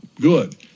good